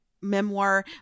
Memoir